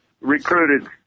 recruited